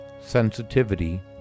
Sensitivity